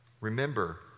Remember